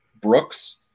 Brooks